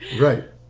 Right